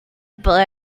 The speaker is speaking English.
but